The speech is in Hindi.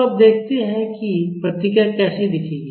तो अब देखते हैं कि प्रतिक्रिया कैसी दिखेगी